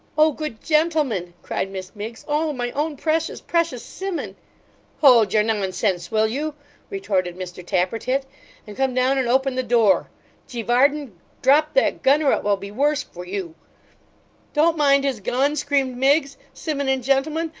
oh good gentlemen cried miss miggs. oh my own precious, precious simmun hold your nonsense, will you retorted mr tappertit and come down and open the door g. varden, drop that gun, or it will be worse for you don't mind his gun screamed miggs. simmun and gentlemen,